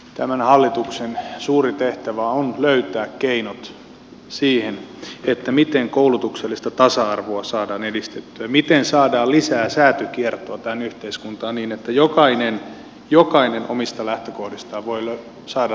tämän hallituksen suuri tehtävä on löytää keinot siihen miten koulutuksellista tasa arvoa saadaan edistettyä ja miten saadaan lisää säätykiertoa tähän yhteiskuntaan niin että jokainen omista lähtökohdistaan voi saada resurssit käyttöönsä